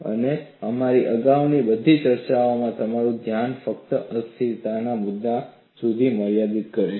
અને અમારી અગાઉની બધી ચર્ચાઓ અમારું ધ્યાન ફક્ત અસ્થિરતાના મુદ્દા સુધી મર્યાદિત કરે છે